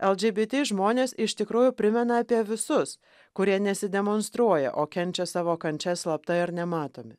lgbt žmonės iš tikrųjų primena apie visus kurie nesidemonstruoja o kenčia savo kančias slapta ir nematomi